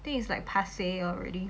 think it's like passe already